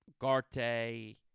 Garte